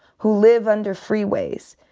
who live under freeways.